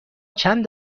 چند